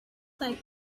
like